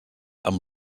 amb